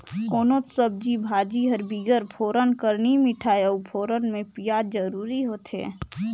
कोनोच सब्जी भाजी हर बिगर फोरना कर नी मिठाए अउ फोरना में पियाज जरूरी होथे